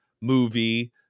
movie